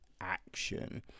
action